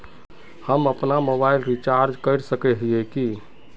हम अपना mobile recharge कर सकय हिये की?